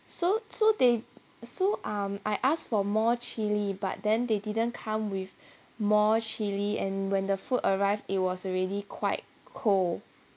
so so they so um I asked for more chilli but then they didn't come with more chilli and when the food arrived it was already quite cold